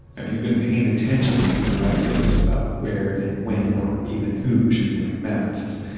and if you've been paying attention to the directives about where and when or even who should be wearing masks,